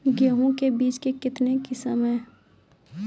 गेहूँ के बीज के कितने किसमें है?